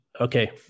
Okay